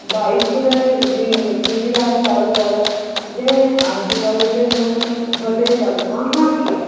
বা ইস্কুলের দি দিদিরা আছে তাদের বলা যে আর জি কলেজের মতোন হতেই পারে না হওয়ার কী আছে